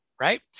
right